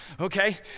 okay